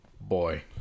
Boy